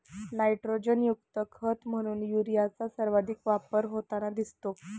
नायट्रोजनयुक्त खत म्हणून युरियाचा सर्वाधिक वापर होताना दिसतो